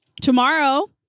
Tomorrow